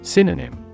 Synonym